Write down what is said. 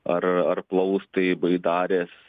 ar ar plaustai baidarės